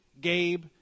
Gabe